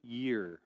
year